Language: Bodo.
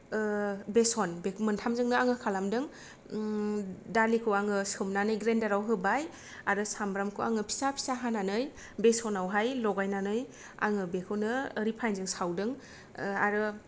ओ बेसन बे मोनथामजोंनो आङो खालामदों ओम दालिखौ आङो सोमनानै ग्रेन्दाराव होबाय आरो सामब्रामखौ आङो फिसा फिसा हानानै बेसनावहाय लगायनानै आङो बेखौनो रिफायनजों सावदों ओ आरो